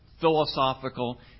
philosophical